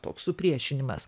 toks supriešinimas